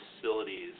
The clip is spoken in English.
facilities